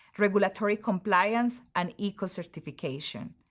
regulatory compliance and ecocertification.